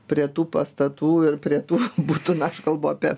prie tų pastatų ir prie tų butų na aš kalbu apie